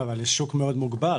לא אבל זה שוק מאוד מוגבל,